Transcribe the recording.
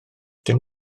dim